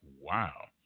wow